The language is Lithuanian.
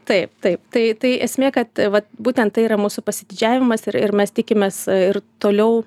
taip taip tai tai esmė kad va būtent tai yra mūsų pasididžiavimas ir ir mes tikimės ir toliau